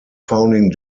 founding